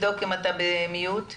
תודה גבירתי יושבת-הראש, תודה לחברי הכנסת.